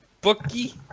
bookie